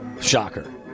Shocker